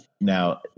Now